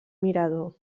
mirador